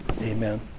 Amen